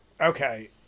Okay